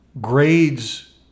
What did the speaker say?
grades